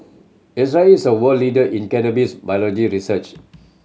Israel is a world leader in cannabis biology research